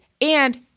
And-